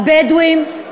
הבדואים,